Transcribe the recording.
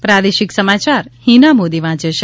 પ્રાદેશિક સમાચાર હીના મોદી વાંચે છે